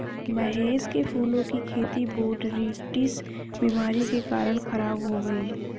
महेश के फूलों की खेती बोटरीटिस बीमारी के कारण खराब हो गई